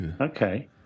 Okay